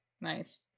nice